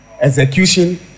execution